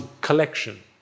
collection